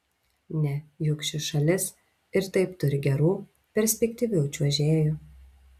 ne juk ši šalis ir taip turi gerų perspektyvių čiuožėjų